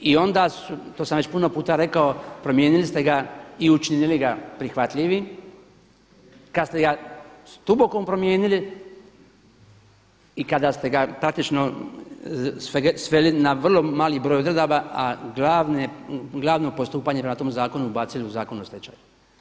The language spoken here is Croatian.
I onda, to sam već puno puta rekao, promijenili ste ga i učinili ga prihvatljivim kada ste da … promijenili i kada ste ga praktično sveli na vrlo mali broj odredaba a glavno postupanje prema tom zakonu bacili u Zakon o stečaju.